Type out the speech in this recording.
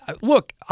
Look